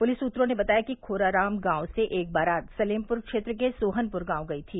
police सूत्रों ने बताया कि खोराराम गांव से एक बारात सलेमपुर क्षेत्र के सोहनपुर गांव गयी थी